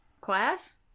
Class